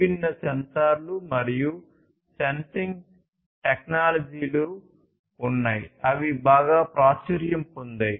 విభిన్న సెన్సార్లు మరియు సెన్సింగ్ టెక్నాలజీలు ఉన్నాయి అవి బాగా ప్రాచుర్యం పొందాయి